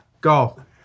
Go